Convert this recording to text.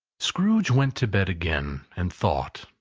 scrooge went to bed again, and thought,